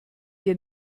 ihr